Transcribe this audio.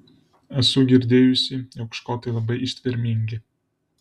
esu girdėjusi jog škotai labai ištvermingi